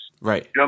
Right